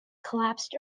collapsed